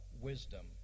wisdom